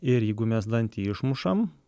ir jeigu mes dantį išmušam